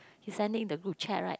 he sending the group chat right